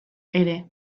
ere